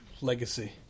legacy